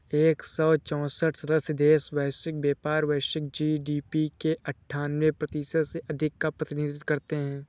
एक सौ चौसठ सदस्य देश वैश्विक व्यापार, वैश्विक जी.डी.पी के अन्ठान्वे प्रतिशत से अधिक का प्रतिनिधित्व करते हैं